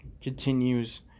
continues